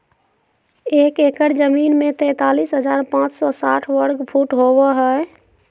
एक एकड़ जमीन में तैंतालीस हजार पांच सौ साठ वर्ग फुट होबो हइ